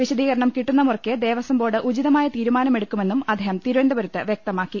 വിശദീകരണം കിട്ടുന്ന മുറയ്ക്ക് ദേവസം ബോർഡ് ഉചി തമായ തീരുമാനമെടുക്കുമെന്നും അദ്ദേഹം തിരുവനന്തപുരത്ത് വൃക്തമാക്കി